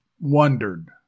wondered